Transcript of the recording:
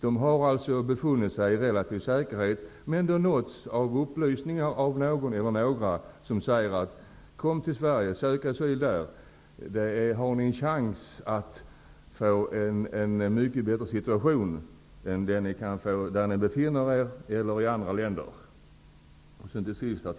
De har alltså befunnit sig i relativ säkerhet och nåtts av upplysningar av någon eller några som uppmanat dem att komma till Sverige och söka asyl här, därför att de här har en chans att få en mycket bättre situation än den som de befinner sig i eller som de kan få i andra länder. Herr talman!